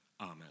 Amen